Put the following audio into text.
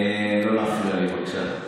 לא להפריע לי, בבקשה.